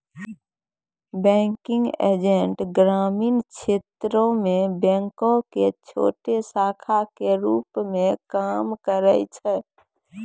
banking agent ग्रामीण क्षेत्रो मे बैंको के छोटो शाखा के रुप मे काम करै छै